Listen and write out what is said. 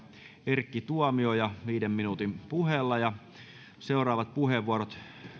erkki tuomioja viiden minuutin puheella seuraavat puheenvuorot